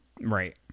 Right